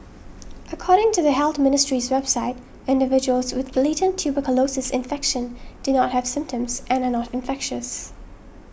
according to the Health Ministry's website individuals with latent tuberculosis infection do not have symptoms and are not infectious